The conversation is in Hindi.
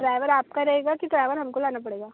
ड्राइवर आपका रहेगा कि ड्राइवर हमको लाना पड़ेगा